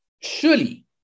surely